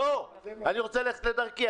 אני רוצה ללכת לדרכי.